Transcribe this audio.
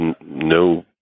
no